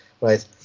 right